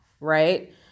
right